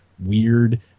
weird